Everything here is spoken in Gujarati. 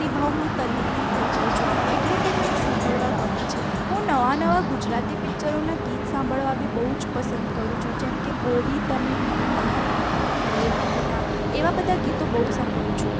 અને હું ભક્તિ ભાવમાં તલ્લીન થઈ જાઉં છું એટલે તે મને સાંભળવા ગમે છે હું નવાં નવાં ગુજરાતી પિક્ચરોનાં ગીત સાંભળવા બી બહુ જ પસંદ કરું છું જેમકે ગોરી તમે મનડા લીધા મોહી રાજ એવાં બધાં ગીતો બહુ સાંભળું છું